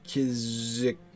Kizik